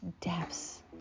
depths